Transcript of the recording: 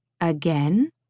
Again